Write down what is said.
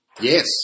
Yes